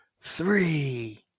three